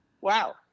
wow